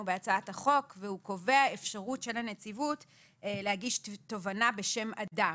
בהצעת החוק והוא קובע אפשרות של הנציבות להגיש תובענה בשם אדם.